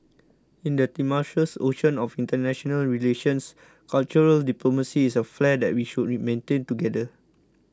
in the tumultuous ocean of international relations cultural diplomacy is a flare that we should re maintain together